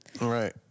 Right